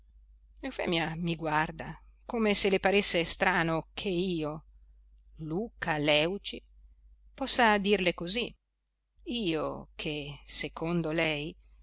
ringrazialo eufemia mi guarda come se le paresse strano che io luca lèuci possa dirle così io che secondo lei